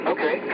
Okay